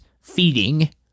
feeding